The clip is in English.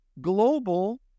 global